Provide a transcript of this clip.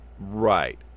Right